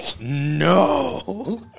No